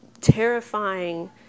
terrifying